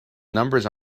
numbers